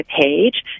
page